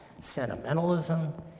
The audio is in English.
sentimentalism